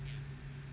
hmm hmm